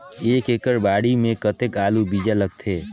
एक एकड़ बाड़ी मे कतेक आलू बीजा लगथे?